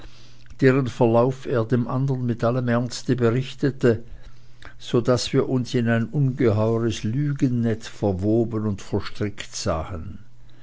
deren verlauf er dem andern mit allem ernste berichtete so daß wir uns in ein ungeheures lügennetz verwoben und verstrickt sahen